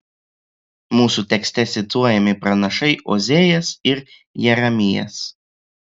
mūsų tekste cituojami pranašai ozėjas ir jeremijas